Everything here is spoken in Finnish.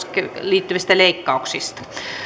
liittyvistä leikkauksista